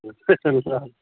ल ल